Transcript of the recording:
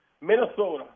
Minnesota